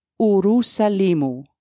Urusalimu